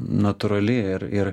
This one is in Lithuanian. natūrali ir ir